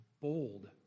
bold